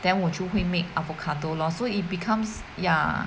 then 我就会 make avocado lor so it becomes ya